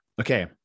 okay